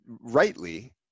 rightly